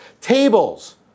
tables